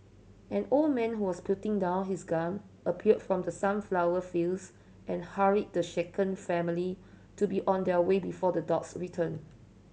an old man who was putting down his gun appeared from the sunflower fields and hurried the shaken family to be on their way before the dogs return